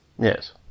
Yes